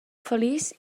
feliç